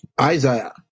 Isaiah